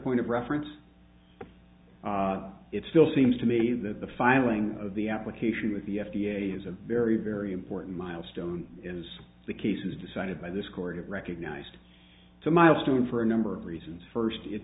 point of reference it still seems to me that the filing of the application with the f d a is a very very important milestone is the case is decided by this court of recognized to milestone for a number of reasons first it